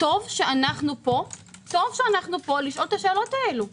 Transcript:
טוב שאנחנו פה לשאול את השאלות האלה.